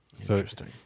Interesting